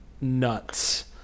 nuts